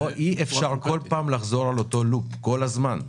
אי אפשר בכל פעם לחזור על אותו loop, כל הזמן.